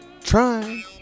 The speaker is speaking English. try